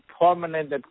permanent